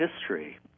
history